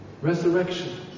resurrection